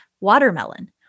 watermelon